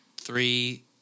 three